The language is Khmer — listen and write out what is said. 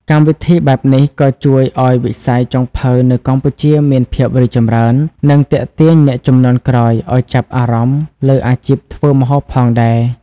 កម្មវិធីបែបនេះក៏ជួយឲ្យវិស័យចុងភៅនៅកម្ពុជាមានភាពរីកចម្រើន និងទាក់ទាញអ្នកជំនាន់ក្រោយឲ្យចាប់អារម្មណ៍លើអាជីពធ្វើម្ហូបផងដែរ។